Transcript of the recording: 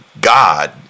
God